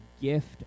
gift